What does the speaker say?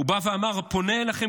הוא בא ואמר: אני פונה אליכם,